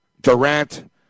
Durant